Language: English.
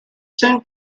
soon